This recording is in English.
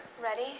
Ready